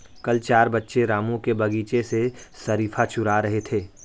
कल चार बच्चे रामू के बगीचे से शरीफा चूरा रहे थे